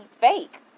fake